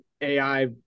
AI